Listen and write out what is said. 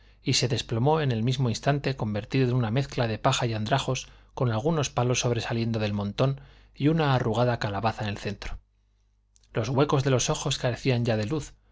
y se desplomó en el mismo instante convertido en una mezcla de paja y andrajos con algunos palos sobresaliendo del montón y una arrugada calabaza en el centro los huecos de los ojos carecían ya de luz